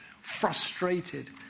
frustrated